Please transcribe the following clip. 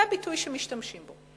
זה הביטוי שמשתמשים בו.